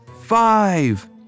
Five